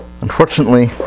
Unfortunately